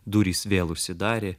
durys vėl užsidarė